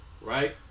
right